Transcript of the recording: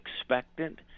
expectant